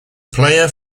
player